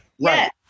Right